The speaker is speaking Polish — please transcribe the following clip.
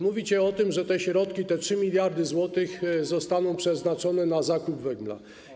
Mówicie o tym, że te środki, te 3 mld zł, zostaną przeznaczone na zakup węgla.